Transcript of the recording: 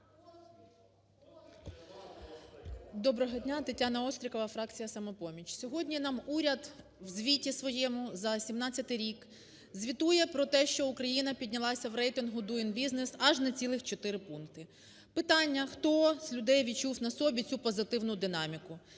Доброго дня! ТетянаОстрікова, фракція "Самопоміч". Сьогодні нам уряд в звіті своєму за 17 рік звітує про те, що Україна піднялася в рейтингуDoingBusinessаж на цілих 4 пункти. Питання: хто з людей відчув на собі цю позитивну динаміку?